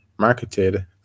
marketed